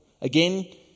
Again